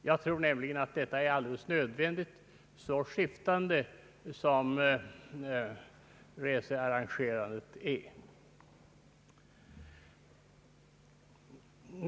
Jag tror nämligen att detta är alldeles nödvändigt, så skiftande som researrangerandet är.